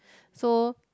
so